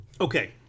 Okay